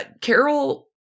Carol